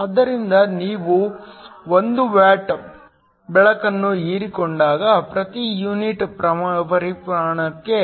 ಆದ್ದರಿಂದ ನೀವು 1 ವ್ಯಾಟ್ ಬೆಳಕನ್ನು ಹೀರಿಕೊಂಡಾಗ ಪ್ರತಿ ಯೂನಿಟ್ ಪರಿಮಾಣಕ್ಕೆ